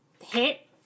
hit